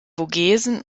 vogesen